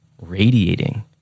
radiating